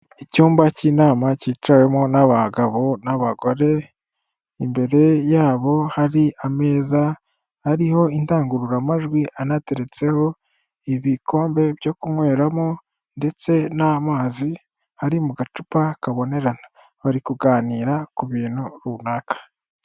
Icyumba cy'inama cyicawemo n'abagabo n'abagore imbere yabo hari ameza ariho indangururamajwi anateretseho ibikombe byo kunyweramo ndetse n'amazi ari mu gacupa kabonerana bari kuganira ku bintu runaka.